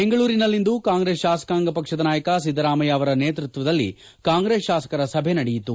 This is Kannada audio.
ಬೆಂಗಳೂರಿನಲ್ಲಿಂದು ಕಾಂಗ್ರೆಸ್ ಶಾಸಕಾಂಗ ಪಕ್ಷದ ನಾಯಕ ಸಿದ್ದರಾಮಯ್ಕ ಅವರ ನೇತೃತ್ವದಲ್ಲಿ ಕಾಂಗ್ರೆಸ್ ಶಾಸಕರ ಸಭೆ ನಡೆಯಿತು